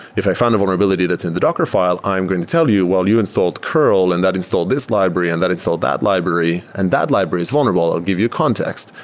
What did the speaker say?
if i found a vulnerability that's in the docker file, i'm going to tell you, well, you installed curl, and that installed this library, and that installed that library, and that library is vulnerable. i'll give you a context,